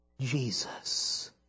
Jesus